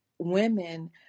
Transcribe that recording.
women